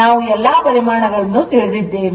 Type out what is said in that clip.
ನಾವು ಎಲ್ಲಾ ಪರಿಮಾಣಗಳನ್ನು ತಿಳಿದಿದ್ದೇವೆ